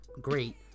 great